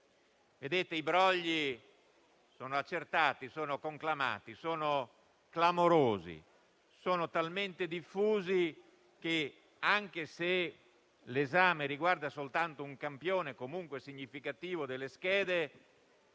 I brogli sono accertati, conclamati, clamorosi e talmente diffusi che, anche se l'esame riguarda soltanto un campione comunque significativo delle schede,